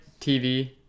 TV